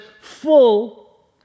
full